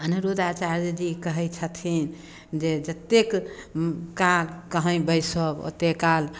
अनिरुद्धाचार्यजी कहै छथिन जे जतेक काल कहीँ बैसब ओतेक काल